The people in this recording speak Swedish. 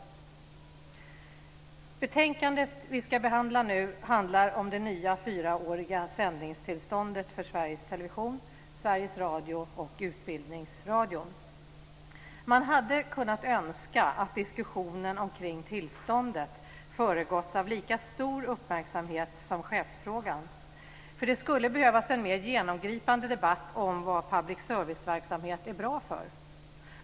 Det betänkande som vi nu ska behandla handlar om det nya fyraåriga sändningstillståndet för Sveriges Man hade kunnat önska att diskussionen om tillståndet hade föregåtts av lika stor uppmärksamhet som chefsfrågan, för det skulle behövas en mer genomgripande debatt om vad public service-verskamhet är bra för.